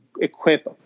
equip